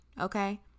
okay